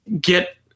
get